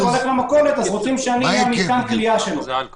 רוצים שאני אהיה מתקן הכליאה שלו.